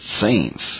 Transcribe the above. saints